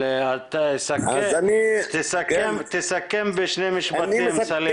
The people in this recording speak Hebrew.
תסכם בשני משפטים, סלים.